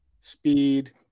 speed